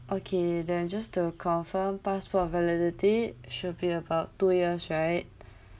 okay then just to confirm passport validity should be about two years right